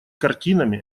картинами